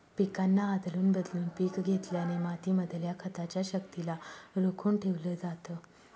पिकांना आदलून बदलून पिक घेतल्याने माती मधल्या खताच्या शक्तिला रोखून ठेवलं जातं